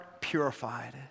purified